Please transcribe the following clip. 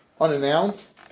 unannounced